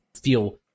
feel